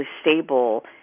stable